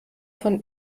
von